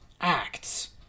acts